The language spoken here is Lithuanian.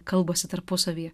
kalbasi tarpusavyje